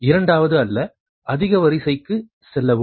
இரண்டாவது அல்லது அதிக வரிசைக்கு செல்லவும்